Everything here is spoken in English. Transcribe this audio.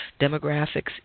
demographics